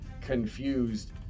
confused